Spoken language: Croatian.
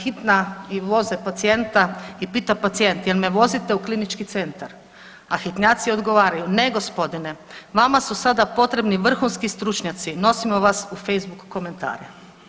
Hitna i voze pacijenta i pita pacijent jel me vozite u klinički centar, a hitnjaci odgovaraju, ne gospodine vama su sada potrebni vrhunski stručnjaci nosimo vas u Facebook komentare.